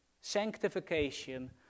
sanctification